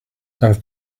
have